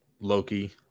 Loki